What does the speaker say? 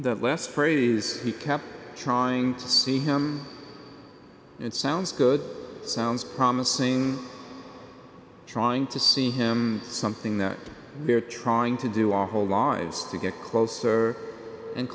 at last phrase he kept trying to see him and sounds good sounds promising trying to see him something that we're trying to do our whole lives to get closer and